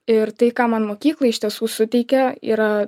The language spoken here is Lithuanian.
ir tai ką man mokykla iš tiesų suteikia yra